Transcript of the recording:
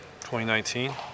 2019